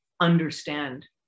understand